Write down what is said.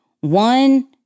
One